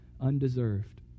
undeserved